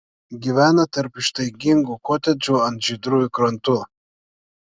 gyvena tarp ištaigingų kotedžų ant žydrųjų krantų